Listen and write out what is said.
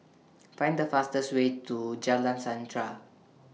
Find The fastest Way to Jalan Sandra